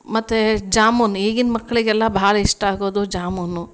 ಮತ್ತು ಜಾಮೂನು ಈಗಿನ ಮಕ್ಳಿಗೆಲ್ಲ ಭಾಳ ಇಷ್ಟ ಆಗೋದು ಜಾಮೂನು